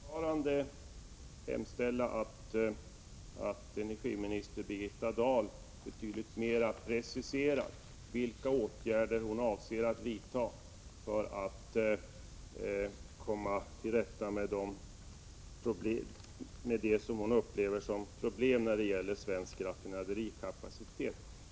Herr talman! Jag upprepar min hemställan att energiminister Birgitta Dahl betydligt mera preciserar vilka åtgärder hon avser att vidta för att komma till rätta med det som hon upplever som problem när det gäller svensk raffinaderikapacitet.